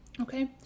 Okay